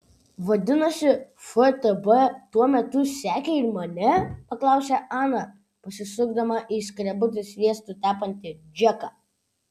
vadinasi ftb tuo metu sekė ir mane paklausė ana pasisukdama į skrebutį sviestu tepantį džeką